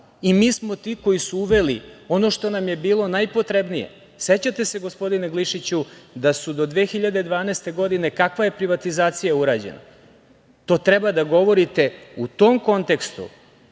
Mi smo ti koji su uveli ono što nam je bilo najpotrebnije.Sećate se, gospodine Glišiću, do 2012. godine kakva je privatizacija urađena? To treba da govorite u tom kontekstu